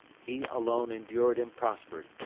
he alone endured and prospered,